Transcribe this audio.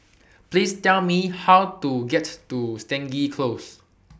Please Tell Me How to get to Stangee Close